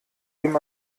dem